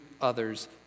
others